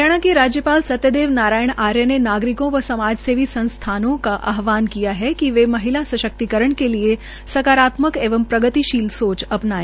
हरियाणा के राज्यपाल सत्यदेव नारायण आर्य ने नागरिकों व समाजसेवी संस्थाओं का आहवान किया है कि वे महिला सश्क्तिकतरण के लिये सकारात्मक एवं प्रगतिशील सोच अपनाए